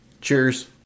Cheers